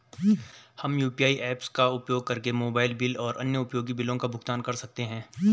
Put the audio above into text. हम UPI apps का उपयोग करके मोबाइल बिल और अन्य उपयोगी बिलों का भुगतान कर सकते हैं